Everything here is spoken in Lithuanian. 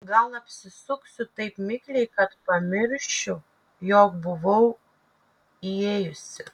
gal apsisuksiu taip mikliai kad pamiršiu jog buvau įėjusi